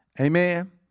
Amen